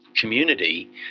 community